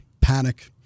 panic